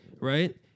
right